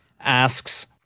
asks